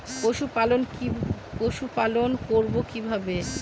পশুপালন করব কিভাবে?